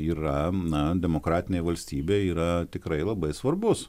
yra na demokratinėj valstybėj yra tikrai labai svarbus